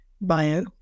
bio